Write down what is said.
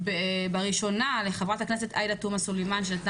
להודות בראשונה לחברת הכנסת עאידה תומא סלימאן שנתנה